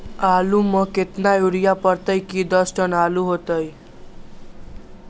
आलु म केतना यूरिया परतई की दस टन आलु होतई?